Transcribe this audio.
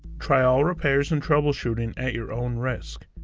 try all repairs and troubleshooting at your own risk.